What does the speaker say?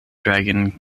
dragon